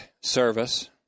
service